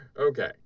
Okay